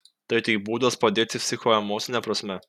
tai tik būdas padėti psichoemocine prasme